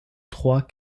trois